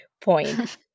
point